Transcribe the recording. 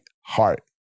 heart